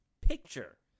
picture